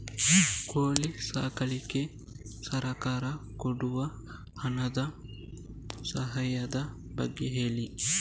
ಕೋಳಿ ಸಾಕ್ಲಿಕ್ಕೆ ಸರ್ಕಾರ ಕೊಡುವ ಹಣದ ಸಹಾಯದ ಬಗ್ಗೆ ಹೇಳಿ